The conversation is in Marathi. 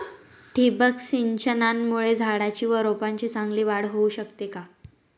ठिबक सिंचनामुळे झाडाची व रोपांची चांगली वाढ होऊ शकते का?